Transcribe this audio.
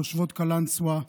תושבות קלנסווה,